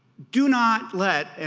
do not let,